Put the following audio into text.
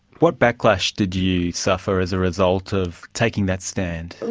what backlash did you suffer as a result of taking that stand?